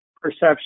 perception